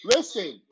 Listen